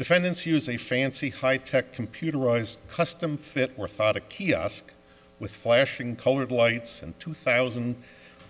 defendants use a fancy high tech computerized custom fit or thought a kiosk with flashing colored lights and two thousand